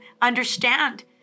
understand